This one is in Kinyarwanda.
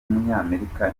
w’umunyamerika